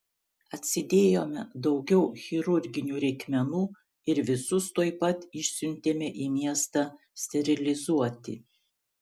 atsidėjome daugiau chirurginių reikmenų ir visus tuoj pat išsiuntėme į miestą sterilizuoti